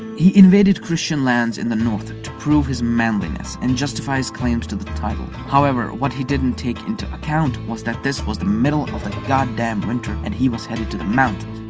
he invaded christians lands in the north to prove his manliness and justify his claims to the the title. however, what he didn't take into account was that this was in the middle of the goddamn winter and he was headed to the mountains.